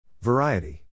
Variety